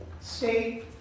state